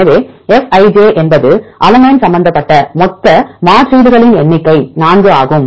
எனவேFij என்பது அலனைன் சம்பந்தப்பட்ட மொத்த மாற்றீடுகளின் எண்ணிக்கை 4 ஆகும்